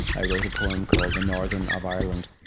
i wrote a poem called the northern of ireland.